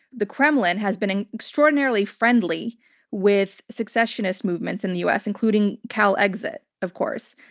the kremlin has been extraordinarily friendly with secessionist movements in the us, including calexit, of course.